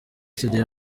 studio